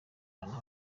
ahantu